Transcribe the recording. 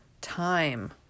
time